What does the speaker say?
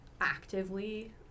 actively